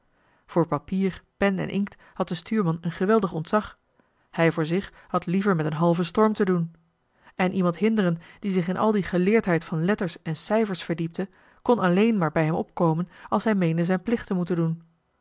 voor papier pen en inkt had de stuurman een geweldig ontzag hij voor zich had liever met een halven storm te doen en iemand hinderen die zich in al die geleerdheid van letters en cijfers verdiepte kon alleen maar bij hem opkomen als hij meende zijn plicht te moeten doen